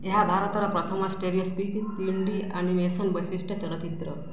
ଏହା ଭାରତର ପ୍ରଥମ ଷ୍ଟେରିଓସ୍କୋପିକ୍ ଆନିମେସନ୍ ବୈଶିଷ୍ଟ୍ୟ ଚଳଚ୍ଚିତ୍ର